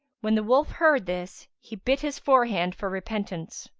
when the wolf heard this, he bit his forehand for repentance.